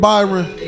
Byron